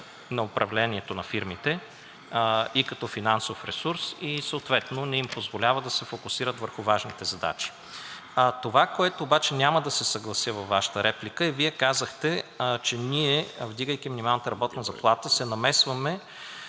на управлението на фирмите, и като финансов ресурс, и съответно не им позволява да се фокусират върху важните задачи. Това, с което обаче няма да се съглася във Вашата реплика, е, Вие казахте, че ние, вдигайки минималната работна заплата, се намесваме